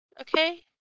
Okay